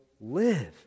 live